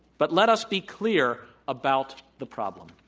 but let us be clear about the problem.